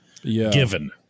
given